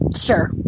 Sure